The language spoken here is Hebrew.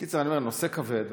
בקיצור, אני אומר, הנושא כבד,